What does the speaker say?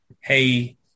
hey